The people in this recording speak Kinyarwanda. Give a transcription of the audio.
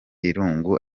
irungu